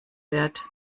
wert